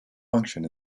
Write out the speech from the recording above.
function